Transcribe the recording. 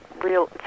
real